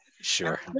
Sure